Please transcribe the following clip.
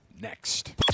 next